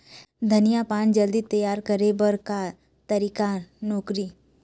धनिया पान जल्दी तियार करे बर का तरीका नोकरी?